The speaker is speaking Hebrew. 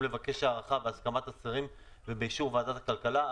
לבקש הארכה והסכמת השרים ובאישור ועדת הכלכלה.